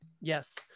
yes